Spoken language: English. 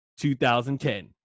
2010